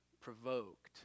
provoked